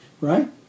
right